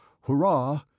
Hurrah